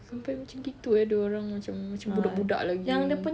sampai macam itu eh dia orang macam macam budak-budak lagi